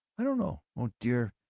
i don't know. oh dear,